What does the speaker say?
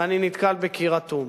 ואני נתקל בקיר אטום.